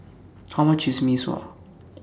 How much IS Mee Sua